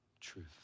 truth